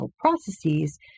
processes